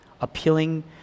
appealing